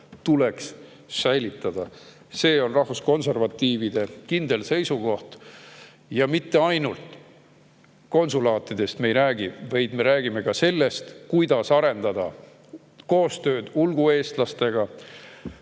tuleks säilitada – see on rahvuskonservatiivide kindel seisukoht. Ja me ei räägi mitte ainult konsulaatidest, vaid me räägime ka sellest, kuidas arendada koostööd ulgueestlastega,